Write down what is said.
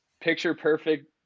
picture-perfect